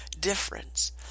difference